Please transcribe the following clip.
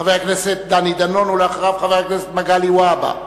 חבר הכנסת דני דנון, ואחריו, חבר הכנסת מגלי והבה.